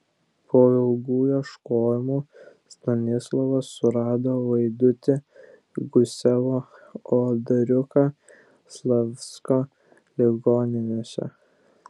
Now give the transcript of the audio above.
po ilgų ieškojimų stanislovas surado vaidutį gusevo o dariuką slavsko ligoninėse